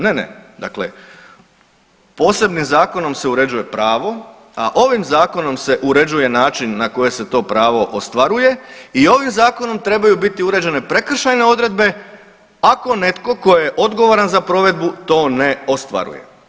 Ne, ne, dakle posebnim zakonom se uređuje pravo, a ovim zakonom se uređuje način na koji se to pravo ostvaruje i ovim zakonom trebaju biti uređene prekršajne odredbe ako netko tko je odgovoran za provedbu to ne ostvaruje.